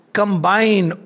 combine